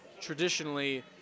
traditionally